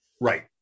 Right